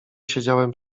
siedziałem